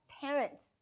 parents